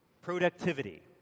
Productivity